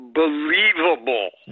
believable